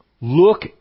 look